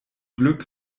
glück